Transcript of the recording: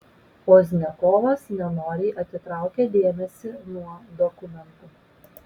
pozdniakovas nenoriai atitraukė dėmesį nuo dokumentų